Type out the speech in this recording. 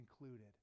included